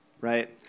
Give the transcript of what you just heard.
right